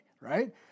right